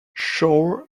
shore